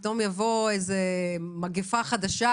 שפתאום תבוא איזו מגפה חדשה,